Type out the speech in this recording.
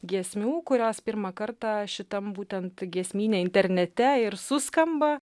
giesmių kurios pirmą kartą šitam būtent giesmyne internete ir suskamba